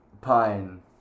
Pine